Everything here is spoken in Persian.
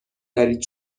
دارید